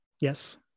Yes